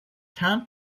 ten